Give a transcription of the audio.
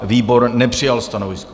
Výbor nepřijal stanovisko.